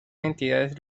entidades